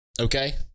okay